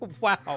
Wow